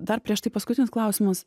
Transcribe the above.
dar prieš tai paskutinis klausimas